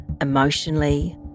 emotionally